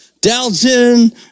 Dalton